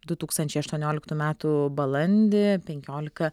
du tūkstančiai aštuonioliktų metų balandį penkiolika